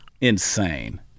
insane